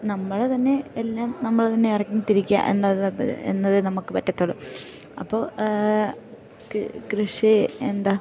നമ്മൾ തന്നെ എല്ലാം നമ്മൾ തന്നെ ഇറങ്ങി തിരിക്കുക എന്ന എന്നത് നമുക്ക് പറ്റത്തുള്ളൂ അപ്പോൾ കൃഷി എന്താ